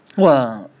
!wah!